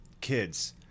kids